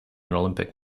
olympic